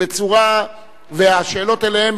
והשאלות אליהם,